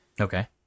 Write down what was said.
Okay